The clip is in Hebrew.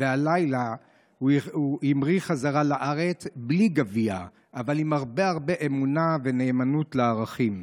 והלילה הוא המריא לארץ בלי גביע אבל עם הרבה הרבה אמונה ונאמנות לערכים.